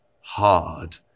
hard